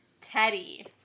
Teddy